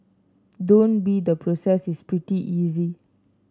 don't be the process is pretty easy